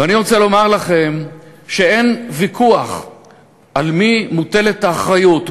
ואני רוצה לומר לכם שאין ויכוח על מי מוטלת האחריות,